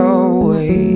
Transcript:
away